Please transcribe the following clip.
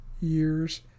year's